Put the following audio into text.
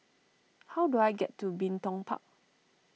how do I get to Bin Tong Park